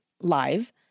live